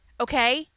Okay